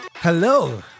Hello